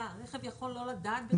רכב יכול לא לדעת בכלל שיש בעיה.